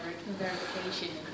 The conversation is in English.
verification